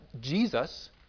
Jesus